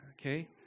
okay